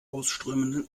ausströmenden